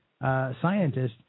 Scientists